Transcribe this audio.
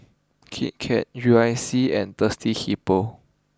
Kit Kat U I C and Thirsty Hippo